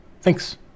Thanks